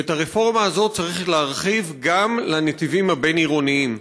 ואת הרפורמה הזאת צריך להרחיב גם לנתיבים הבין-עירוניים.